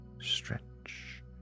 stretch